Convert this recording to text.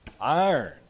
iron